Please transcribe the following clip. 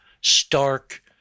stark